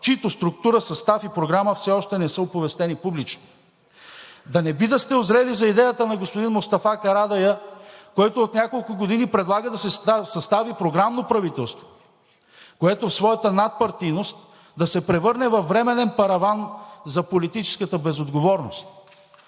чиито структура, състав и програма все още не са оповестени публично? Да не би да сте узрели за идеята на господин Мустафа Карадайъ, който от няколко години предлага да се състави програмно правителство, което в своята надпартийност да се превърне във временен параван за политическата безотговорност?